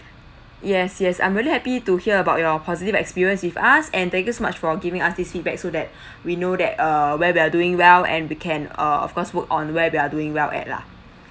yes yes I'm really happy to hear about your positive experience with us and thank you so much for giving us these feedback so that we know that err where we are doing well and we can err of course work on where we are doing well at lah